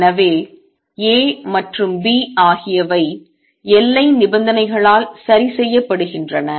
எனவே A மற்றும் B ஆகியவை எல்லை நிபந்தனைகளால் சரி செய்யப்படுகின்றன